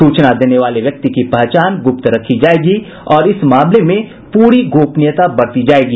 सूचना देने वाले व्यक्ति की पहचान गुप्त रखी जाएगी और इस मामले में पूरी गोपनीयता बरती जाएगी